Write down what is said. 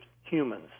humans